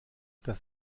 das